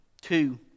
two